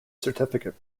certificate